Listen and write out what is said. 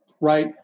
Right